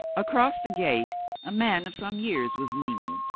across the gate a man of some years was leaning.